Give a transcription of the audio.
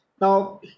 Now